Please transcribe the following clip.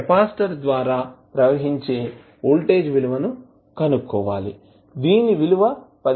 capacitor ద్వారా ప్రవహించే voltage విలువ ను కనుక్కోవాలి దీని విలువ 15 వోల్ట్స్ అవుతుంది